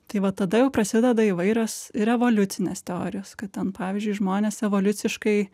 tai va tada jau prasideda įvairios revoliucinės teorijos kad ten pavyzdžiui žmonės evoliuciškai